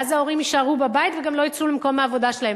ואז ההורים יישארו בבית וגם לא יצאו למקום העבודה שלהם.